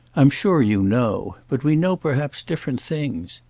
i'm sure you know' but we know perhaps different things.